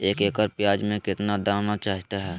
एक एकड़ प्याज में कितना दाना चाहता है?